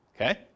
Okay